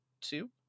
two